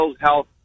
health